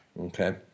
Okay